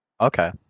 Okay